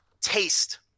taste